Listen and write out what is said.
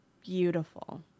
beautiful